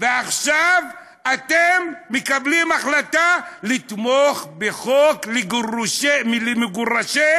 ועכשיו אתם מקבלים החלטה לתמוך בחוק לגרש מבקשי